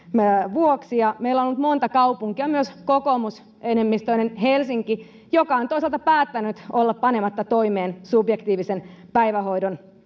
vuoksi ja meillä on monta kaupunkia myös kokoomusenemmistöinen helsinki jotka ovat toisaalta päättäneet olla panematta toimeen subjektiivisen päivähoidon